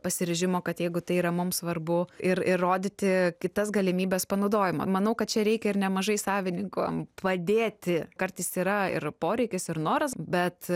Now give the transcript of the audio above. pasiryžimo kad jeigu tai yra mums svarbu ir ir rodyti kitas galimybes panaudojimo manau kad čia reikia ir nemažai savininkam padėti kartais yra ir poreikis ir noras bet